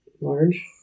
large